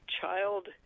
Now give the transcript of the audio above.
child